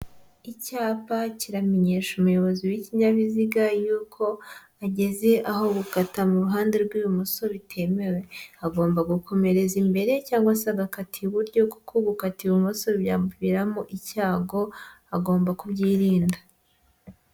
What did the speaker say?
Icyapa kiramenyesha umuyobozi w'ikinyabiziga yuko ageze aho gukata mu ruhande rw'ibumoso bitemewe, agomba gukomereza imbere cyangwa se agakata iburyo kuko gukata ibumoso byamuviramo icyago agomba kubyirinda.